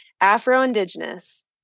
Afro-Indigenous